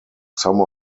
some